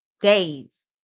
days